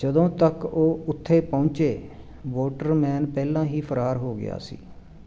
ਜਦੋਂ ਤੱਕ ਉਹ ਉੱਥੇ ਪਹੁੰਚੇ ਵੌਟਰਮੈਨ ਪਹਿਲਾਂ ਹੀ ਫਰਾਰ ਹੋ ਗਿਆ ਸੀ